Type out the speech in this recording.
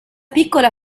piccola